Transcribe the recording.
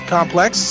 Complex